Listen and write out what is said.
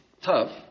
tough